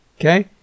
okay